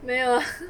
没有